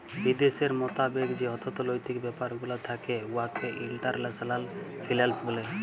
বিদ্যাশের মতাবেক যে অথ্থলৈতিক ব্যাপার গুলা থ্যাকে উয়াকে ইল্টারল্যাশলাল ফিল্যাল্স ব্যলে